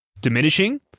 diminishing